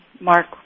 Mark